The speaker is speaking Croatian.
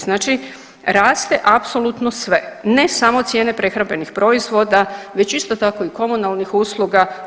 Znači raste apsolutno sve ne samo cijene prehrambenih proizvoda, već isto tako i komunalnih usluga.